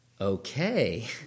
okay